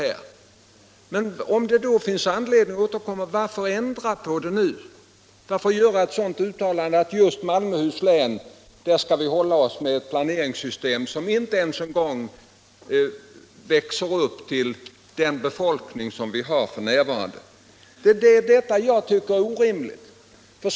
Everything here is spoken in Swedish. = sysselsättnings och Men om det finns anledning att återkomma, varför då göra ett sådant ut — regionalpolitik talande som att just i Malmöhus län skall vi hålla oss med en planeringsram som inte ens inrymmer den befolkning länet har f. n.?